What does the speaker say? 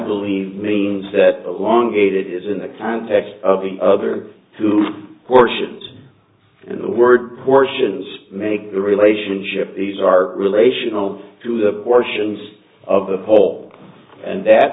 believe means that the long awaited is in the context of the other two warships and the word portions make the relationship these are relational to the portions of the whole and that